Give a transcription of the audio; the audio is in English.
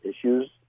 issues